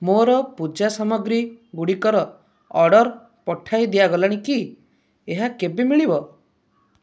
ମୋର ପୂଜା ସାମଗ୍ରୀ ଗୁଡ଼ିକର ଅର୍ଡ଼ର୍ ପଠାଇ ଦିଆଗଲାଣି କି ଏହା କେବେ ମିଳିବ